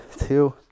two